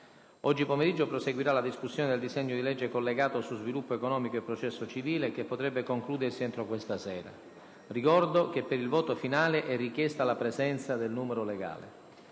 Oggi pomeriggio proseguirà la discussione del disegno di legge collegato su sviluppo economico e processo civile, che potrebbe concludersi entro questa sera. Ricordo che per il voto finale è richiesta la presenza del numero legale.